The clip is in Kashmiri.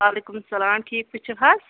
وعلیکُم سَلام ٹھیٖک پٲٹھۍ چھُ حظ